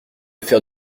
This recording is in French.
faire